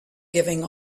giving